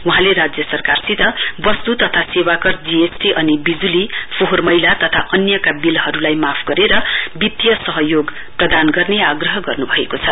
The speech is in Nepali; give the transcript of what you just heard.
वहाँले राज्य सरकारसित वस्तु तथा सेवा कर जी एस टी अनि विजुली फोहोर मेला तथा अन्यका विलहरुलाई माफ गरेर वित्तीय सहयोग गर्ने आग्रह गर्नु भएको छ